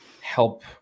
help